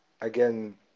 again